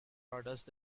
orders